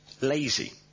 lazy